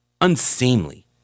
unseemly